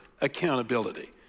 accountability